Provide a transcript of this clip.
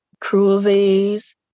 cruises